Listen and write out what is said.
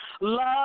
Love